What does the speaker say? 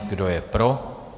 Kdo je pro?